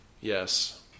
Yes